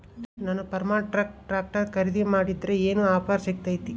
ನಾನು Farmtrac tractor ಖರೇದಿ ಮಾಡಿದ್ರೆ ಏನು ಆಫರ್ ಸಿಗ್ತೈತಿ?